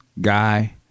guy